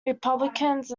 republicans